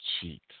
cheat